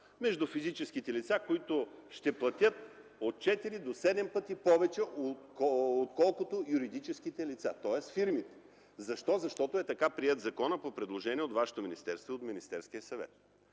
между физическите лица, които ще платят от четири до седем пъти повече, отколкото юридическите лица, тоест фирмите. Защо? Защото така е приет законът – по предложение на вашето министерство, и от Министерския съвет.